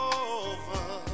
over